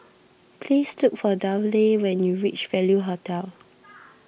please look for Dudley when you reach Value Hotel